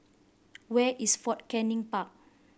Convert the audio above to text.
where is Fort Canning Park